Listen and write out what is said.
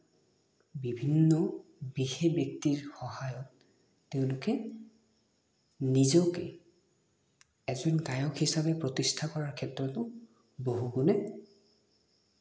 বিভিন্ন বিশেষ ব্যক্তিৰ সহায়ত তেওঁলোকে নিজকে এজন গায়ক হিচাপে প্ৰতিষ্ঠা কৰাৰ ক্ষেত্ৰতো বহুগুণে